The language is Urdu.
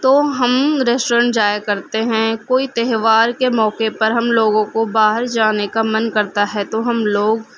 تو ہم ریسٹورینٹ جایا کرتے ہیں کوئی تہوار کے موقعے پر ہم لوگوں کو باہر جانے کا من کرتا ہے تو ہم لوگ